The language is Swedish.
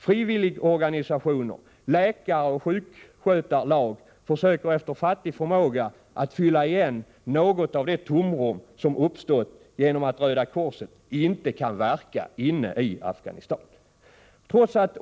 Frivilligorganisationer, läkare och sjukvårdarlag försöker efter fattig förmåga att fylla igen något av det tomrum som uppstått genom att inte Röda korset kan verka inne i Afghanistan.